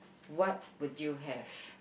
what would you have